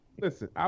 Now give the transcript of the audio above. listen